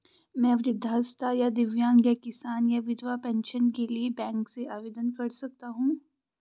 मैं वृद्धावस्था या दिव्यांग या किसान या विधवा पेंशन के लिए बैंक से आवेदन कर सकता हूँ?